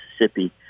Mississippi